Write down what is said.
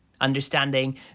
Understanding